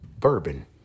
Bourbon